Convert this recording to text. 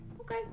Okay